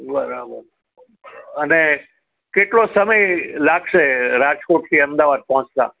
બરાબર અને કેટલો સમય લાગશે રાજકોટથી અમદાવાદ પહોંચતાં